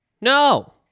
No